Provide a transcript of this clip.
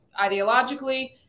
ideologically